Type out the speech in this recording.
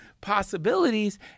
possibilities